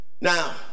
Now